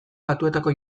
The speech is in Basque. batuetako